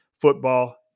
football –